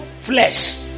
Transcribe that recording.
flesh